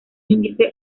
índice